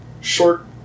short